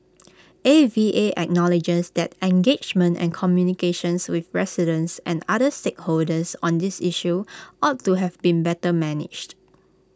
A V A acknowledges that engagement and communications with residents and other stakeholders on this issue ought to have been better managed